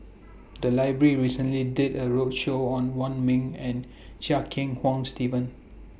The Library recently did A roadshow on Wong Ming and Chia Kiah Hong Steve